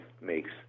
makes